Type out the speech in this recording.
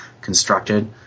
constructed